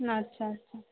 হুম আচ্ছা আচ্ছা